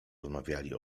rozmawiali